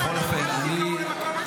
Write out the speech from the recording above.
אבל אני לא רואה מקום אחר.